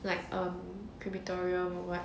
like um crematorium or what